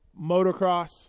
motocross